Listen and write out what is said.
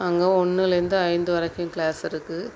அங்கே ஒன்னுலேருந்து ஐந்து வரைக்கும் க்ளாஸ் இருக்குது